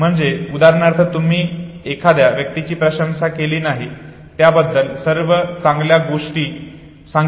म्हणजे उदाहरणार्थ तुम्ही एखाद्या व्यक्तीची प्रशंसा केली नाही ज्याच्याबद्दल सर्व चांगल्या गोष्टी सांगितल्या आहेत